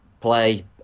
play